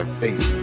face